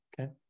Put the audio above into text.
Okay